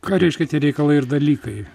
ką reiškia tie reikalai ir dalykai